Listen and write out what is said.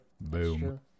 Boom